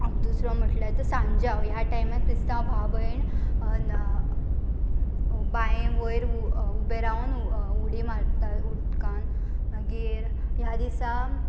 दुसरो म्हटल्यार तो सांज्यांव ह्या टायमार क्रिस्तांव भाव भयण बांये वयर उबे रावून उडी मारतात उदकान मागीर ह्या दिसा